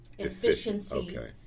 Efficiency